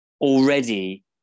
Already